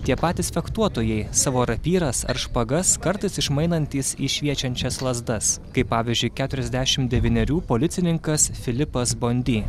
tie patys fechtuotojai savo rapyras ar špagas kartais išmainantis į šviečiančias lazdas kaip pavyzdžiui keturiasdešimt devynerių policininkas filipas bondi